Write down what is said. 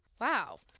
Wow